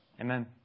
Amen